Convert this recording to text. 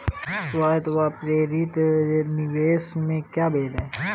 स्वायत्त व प्रेरित निवेश में क्या भेद है?